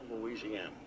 Louisiana